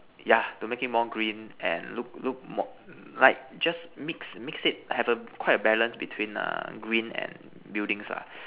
yeah to make it more green and look look look like just mix mix it have a quite a balance between err green and buildings lah